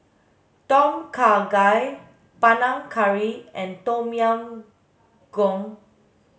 Tom Kha Gai Panang Curry and Tom Yam Goong